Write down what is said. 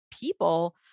people